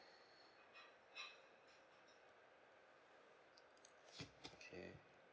K